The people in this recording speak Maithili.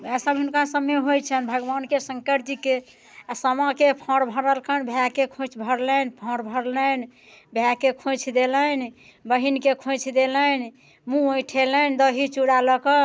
ओएह सभ हुनका सभमे होइत छनि भगवानके शङ्करजीकेँ आ सामाके फाँड़ भरलकनि भायके खोइँछ भरलनि फाँड़ भरलनि भायके खोइँछ देलनि बहिनके खोइँछ देलनि मूँह ऐँठेलेँ दही चूड़ा लऽ कऽ